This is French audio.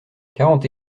quarante